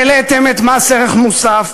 העליתם את מס ערך מוסף,